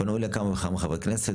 פנו אלי כמה וכמה חברי כנסת,